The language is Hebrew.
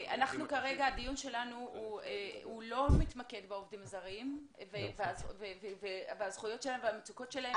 הדיון שלנו לא מתמקד בעובדים זרים והזכויות שלהם והמצוקות שלהם.